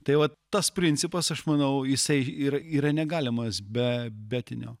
tai vat tas principas aš manau jisai ir yra negalimas be betinio